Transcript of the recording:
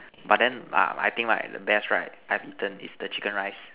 but then I I think right best right I've eaten is the chicken rice